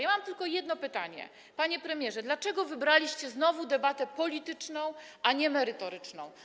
Ja mam tylko jedno pytanie, panie premierze: Dlaczego wybraliście znowu debatę polityczną, a nie merytoryczną?